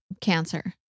Cancer